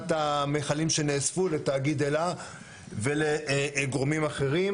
המכלים שנאספו לתאגיד אל"ה ולגורמים אחרים.